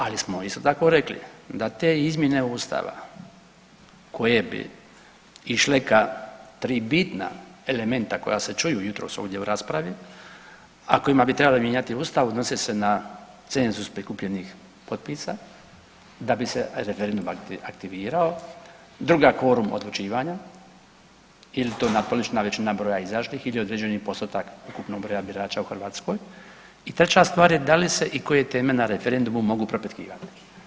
Ali smo isto tako rekli da te izmjene Ustava koje bi išle ka 3 bitna elementa koja se čuju jutros ovdje u raspravi, a kojima bi trebale mijenjati Ustav, odnose se na cenzus prikupljenih potpisa da bi se referendum aktivirao, druga kvorum odlučivanja ili to natpolovična većina broja izašlih ili određeni postotak ukupnog broja birača u Hrvatskoj i treća stvar je da li se i koji temelj na referendumu mogu propitkivati.